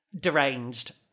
Deranged